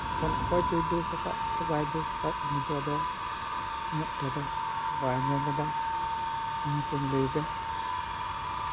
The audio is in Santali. ᱚᱠᱚᱭ ᱪᱚᱭ ᱫᱳᱥ ᱟᱠᱟᱫ ᱥᱮ ᱵᱟᱭ ᱫᱳᱥ ᱟᱠᱟᱫ ᱩᱱᱤ ᱫᱚ ᱟᱫᱚ ᱩᱱᱟᱹᱜᱴᱟ ᱫᱚ ᱵᱟᱭ ᱧᱮᱞ ᱞᱮᱫᱟᱭ ᱚᱱᱟ ᱛᱤᱧ ᱞᱟᱹᱭᱫᱟ